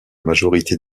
majorité